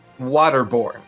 waterborne